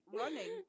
running